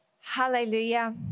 Hallelujah